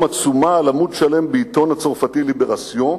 עצומה על עמוד שלם בעיתון הצרפתי "ליברסיון",